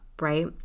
right